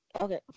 Okay